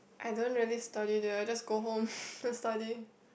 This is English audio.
I don't really study there I just go home and study